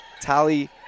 tally